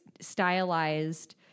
stylized